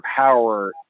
power